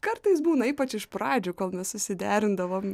kartais būna ypač iš pradžių kol nesusiderindavom